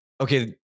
okay